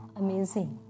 amazing